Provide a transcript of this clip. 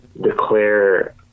declare